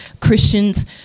Christians